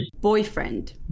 boyfriend